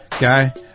guy